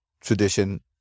tradition